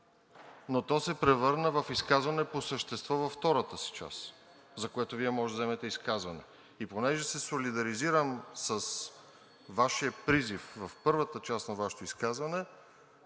но то се превърна в изказване по същество във втората си част, за което Вие може да вземете изказване. И понеже се солидаризирам с Вашия призив в първата част на Вашето изказване,